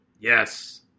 Yes